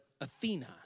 Athena